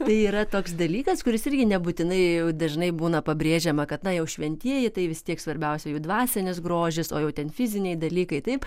tai yra toks dalykas kuris irgi nebūtinai jau dažnai būna pabrėžiama kad na jau šventieji tai vis tiek svarbiausia jų dvasinis grožis o jau ten fiziniai dalykai taip